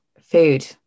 Food